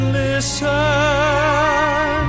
listen